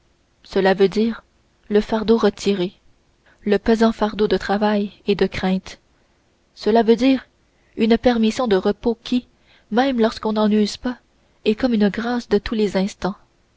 cela veut dire le fardeau retiré le pesant fardeau de travail et de crainte cela veut dire une permission de repos qui même lorsqu'on n'en use pas est comme une grâce de tous les instants